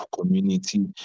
community